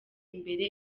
imbere